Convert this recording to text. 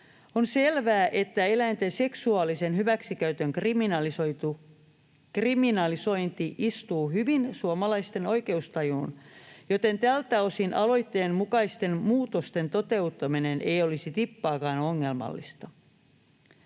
On selvää, että eläinten seksuaalisen hyväksikäytön kriminalisointi istuu hyvin suomalaisten oikeustajuun, joten tältä osin aloitteen mukaisten muutosten toteuttaminen ei olisi tippaakaan ongelmallista.